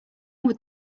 would